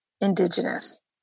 indigenous